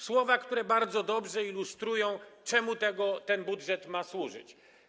Słowa, które bardzo dobrze ilustrują, czemu ten budżet ma służyć.